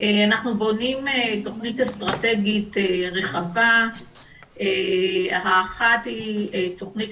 בונים תכנית אסטרטגית רחבה האחת היא תכנית